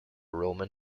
roman